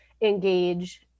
engage